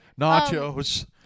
Nachos